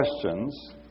questions